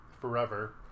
forever